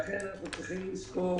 לכן אנחנו צריכים לזכור